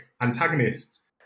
antagonists